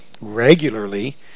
regularly